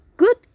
Good